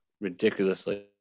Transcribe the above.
ridiculously